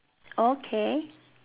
okay